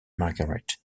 margaret